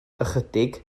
ychydig